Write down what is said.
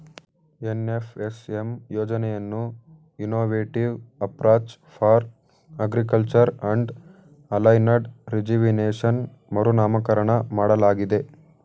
NFSM ಯೋಜನೆಯನ್ನು innovative approach for agriculture and aligned rejuvenation ಮರುನಾಮಕರಣ ಮಾಡಲಾಗಿದೆ